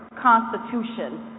constitution